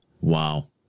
Wow